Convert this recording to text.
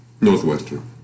Northwestern